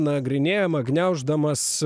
nagrinėjama gniauždamas